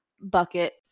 Bucket